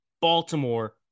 Baltimore